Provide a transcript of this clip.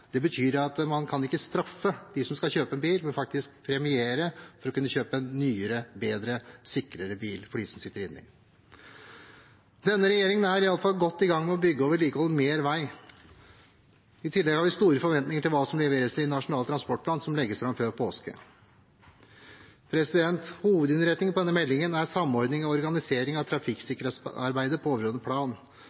Det betyr at man ikke kan straffe dem som skal kjøpe bil, men premiere dem for å kjøpe en nyere, bedre og sikrere bil for dem som sitter inni den. Denne regjeringen er i alle fall godt i gang med å bygge og vedlikeholde mer vei. I tillegg har vi store forventninger til hva som leveres i Nasjonal transportplan, som legges fram før påske. Hovedinnretningen på denne meldingen er samordning og organisering av trafikksikkerhetsarbeidet på overordnet plan,